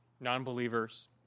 non-believers